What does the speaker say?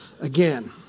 again